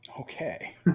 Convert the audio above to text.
Okay